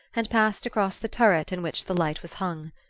and passed across the turret in which the light was hung.